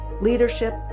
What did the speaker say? leadership